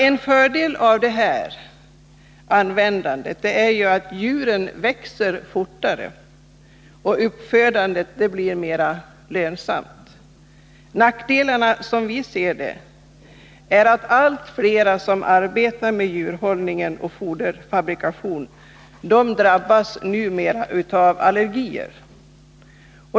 En fördel med antibiotikaanvändningen är att djuren växer fortare och att uppfödningen blir mer lönsam. Nackdelarna, som vi ser det, är att allt fler som arbetar med djurhållning och foderfabrikation numera drabbas av allergier.